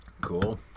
cool